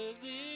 believe